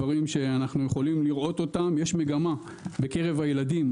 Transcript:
יש מגמה בקרב הילדים,